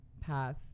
path